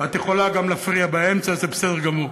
את יכולה גם להפריע באמצע, זה בסדר גמור.